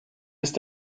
ist